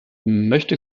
möchte